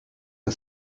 for